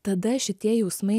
tada šitie jausmai